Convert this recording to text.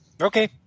Okay